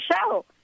show